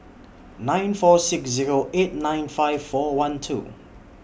nine four six Zero eight nine five four one two